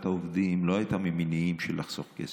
העובדים לא הייתה ממניעים של לחסוך כסף,